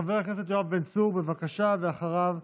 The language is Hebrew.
חבר הכנסת יואב בן צור, בבקשה, ואחריו,